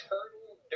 Turtle